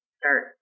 start